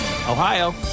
Ohio